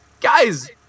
Guys